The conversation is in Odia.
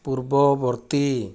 ପୂର୍ବବର୍ତ୍ତୀ